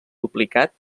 duplicat